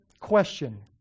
question